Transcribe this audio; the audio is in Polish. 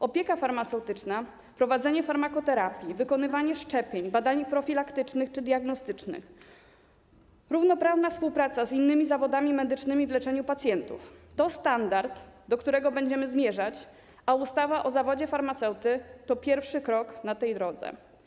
Opieka farmaceutyczna, prowadzenie farmakoterapii, wykonywanie szczepień, badań profilaktycznych czy diagnostycznych, równoprawna współpraca z innymi zawodami medycznymi w leczeniu pacjentów to standard, do którego będziemy zmierzać, a ustawa o zawodzie farmaceuty to pierwszy krok na tej drodze.